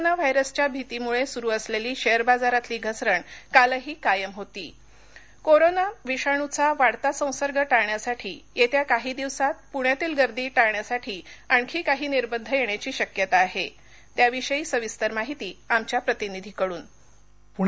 corona व्हायरसच्या भितीमुळे सुरू असलेली शेअर बाजारातील घसरण कालही कायम होती कोरोना गर्दीवर निर्बंध कोरोना विषाणूचा वाढता संसर्ग टाळण्यासाठी येत्या काही दिवसात पुण्यातील गर्दी टाळण्यासाठी आणखी काही निर्बंध येण्याची शक्यता आहे त्याविषयी सविस्तर माहिती आमच्या प्रतिनिधीकडन